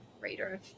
Reader